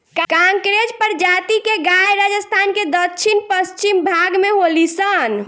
कांकरेज प्रजाति के गाय राजस्थान के दक्षिण पश्चिम भाग में होली सन